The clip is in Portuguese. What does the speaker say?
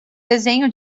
desenho